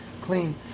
clean